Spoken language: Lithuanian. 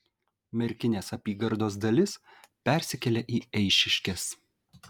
merkinės apygardos dalis persikėlė į eišiškes